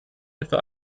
etwa